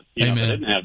Amen